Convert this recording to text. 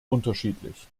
unterschiedlich